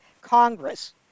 Congress